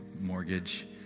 mortgage